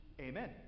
Amen